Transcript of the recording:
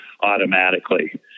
automatically